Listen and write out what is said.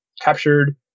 captured